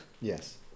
Yes